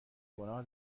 گناه